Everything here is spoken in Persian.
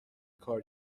کار